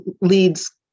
leads